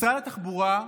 משרד התחבורה,